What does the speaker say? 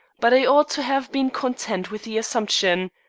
but i ought to have been content with the assumption.